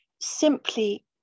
simply